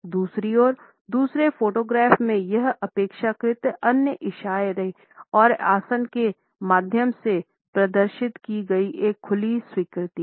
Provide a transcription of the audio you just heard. दूसरी ओर दूसरे फोटोग्राफ में यह अपेक्षाकृत अन्य इशारे और आसन के माध्यम से प्रदर्शित की गई एक खुली स्वीकृति है